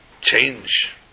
change